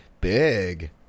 Big